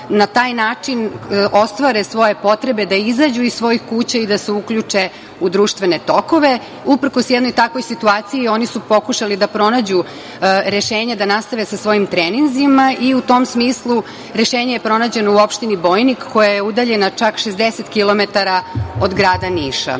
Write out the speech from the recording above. na taj način ostvare svoje potrebe da izađu iz svojih kuća i da se uključe u društvene tokove. Uprkos jednoj takvoj situaciji, oni su pokušali da pronađu rešenje da nastave sa svojim treninzima i u tom smislu rešenje je pronađeno u opštini Bojnik koja je udaljena čak 60 kilometara od grada Niša. Uz